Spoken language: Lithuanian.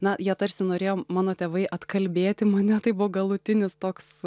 na jie tarsi norėjo mano tėvai atkalbėti mane tai buvo galutinis toks